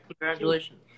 Congratulations